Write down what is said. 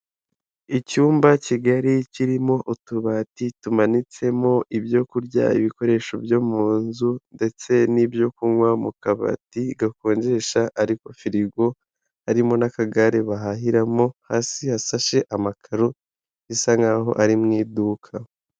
Icyumba kigari kirimo utubati tumanitsemo ibyo kurya, ibikoresho byo mu nzu ndetse n'ibyo kunywa mu kabati gakonjesha ariko firigo, harimo n'akagare bahahiramo hasi hasashe amakaro bisa nk'aho ari mu iduka.